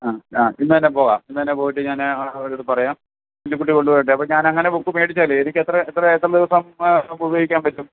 ആ ആ ഇന്ന് തന്നെ പോവാം ഇന്ന് തന്നെ പോയിട്ട് ഞാൻ അവരോട് പറയാം ലില്ലിക്കുട്ടി കൊണ്ടുപോയിട്ടേ അപ്പോൾ ഞാൻ അങ്ങനെ ബുക്ക് മേടിച്ചാലെ എനിക്ക് എത്ര എത്ര എത്ര ദിവസം നമുക്ക് ഉപയോഗിക്കാൻ പറ്റും